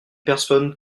personne